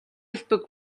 элбэг